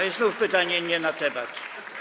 I znów pytanie nie na temat.